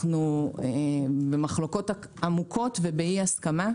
אנחנו במחלוקות עמוקות ובאי הסכמה,